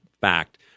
fact